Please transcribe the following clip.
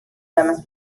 problemes